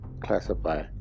classify